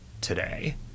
today